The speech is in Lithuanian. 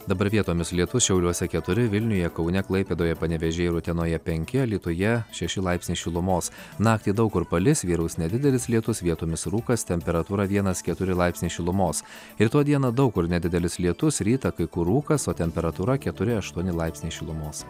dabar vietomis lietus šiauliuose keturi vilniuje kaune klaipėdoje panevėžyje ir utenoje penki alytuje šeši laipsniai šilumos naktį daug kur palis vyraus nedidelis lietus vietomis rūkas temperatūra vienas keturi laipsniai šilumos rytoj dieną daug kur nedidelis lietus rytą kai kur rūkas o temperatūra keturi aštuoni laipsniai šilumos